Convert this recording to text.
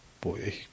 boy